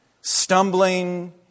stumbling